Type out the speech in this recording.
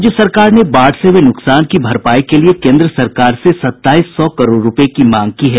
राज्य सरकार ने बाढ़ से हुये नुकसान की भरपाई के लिये केंद्र सरकार से सत्ताईस सौ करोड़ रूपये की मांग की है